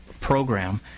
program